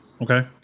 Okay